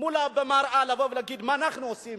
במראה ולהגיד: מה אנחנו עושים